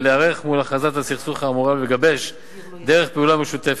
להיערך מול הכרזת הסכסוך האמורה ולגבש דרך פעולה משותפת.